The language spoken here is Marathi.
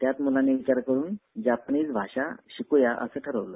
त्यात मुलांनी विचार करून जपानीज भाषा शिक् या असं ठरवलं